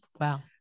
Wow